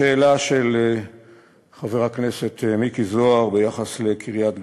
לשאלה של חבר הכנסת מיקי זוהר על קריית-גת,